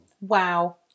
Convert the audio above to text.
Wow